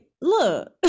look